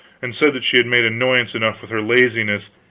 and said she had made annoyance enough with her laziness,